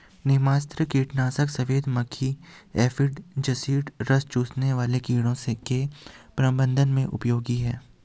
नीमास्त्र कीटनाशक सफेद मक्खी एफिड जसीड रस चूसने वाले कीड़ों के प्रबंधन में उपयोगी है